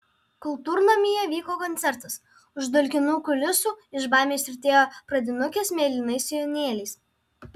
kultūrnamyje vyko koncertas už dulkinų kulisų iš baimės tirtėjo pradinukės mėlynais sijonėliais